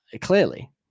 clearly